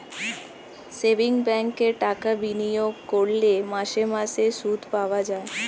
savings ব্যাঙ্কে টাকা বিনিয়োগ করলে মাসে মাসে সুদ পাওয়া যায়